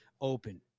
Open